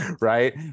right